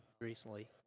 recently